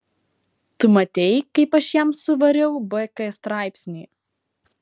tu matei kaip aš jam suvariau bk straipsnį